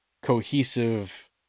cohesive